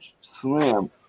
Slim